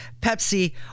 Pepsi